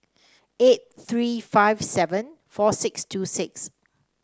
eight three five seven four six two six